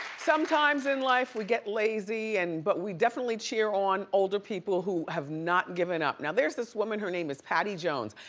sometimes in life, we get lazy. and but we definitely cheer on older people who have not given up. now, there's this woman, her name is patty jones,